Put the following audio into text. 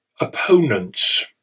opponents